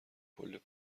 پول